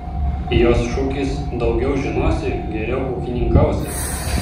jos šūkis daugiau žinosi geriau ūkininkausi